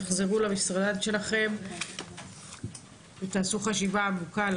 תחזרו למשרד שלכם ותעשו חשיבה עמוקה.